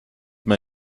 mir